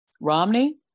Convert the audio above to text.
Romney